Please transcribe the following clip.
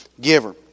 giver